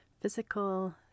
physical